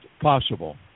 possible